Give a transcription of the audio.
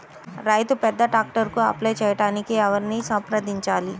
రైతు పెద్ద ట్రాక్టర్కు అప్లై చేయడానికి ఎవరిని సంప్రదించాలి?